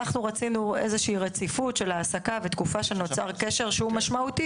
אנחנו רצינו איזושהי רציפות של העסקה ותקופה שנוצר קשר שהוא משמעותי,